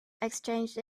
exchanged